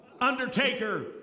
undertaker